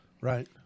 right